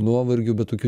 nuovargiu bet tokiu